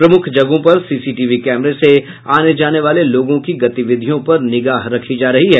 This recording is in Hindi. प्रमुख जगहों पर सीसीटीवी कैमरे से आने जाने वाले लोगों की गतिविधियों पर निगाह रखी जा रही है